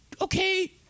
Okay